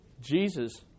jesus